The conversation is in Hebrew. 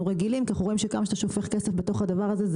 רגילים כי אנחנו רואים שכמה שאתה שופך כסף בתוך הדבר הזה,